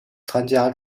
参加